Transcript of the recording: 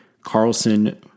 Carlson